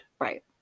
right